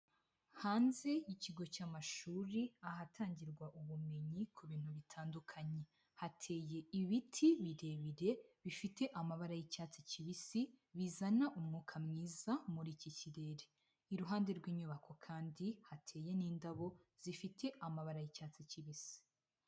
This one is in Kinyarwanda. Hanze y'ikigo cy'amashuri ahatangirwa ubumenyi ku bintu bitandukanye, hateye ibiti birebire bifite amabara y'icyatsi kibisi, bizana umwuka mwiza muri iki kirere. Iruhande rw'inyubako kandi hateye n'indabo zifite amabara y'icyatsi kibisi.